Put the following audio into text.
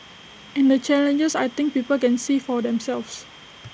and the challenges I think people can see for themselves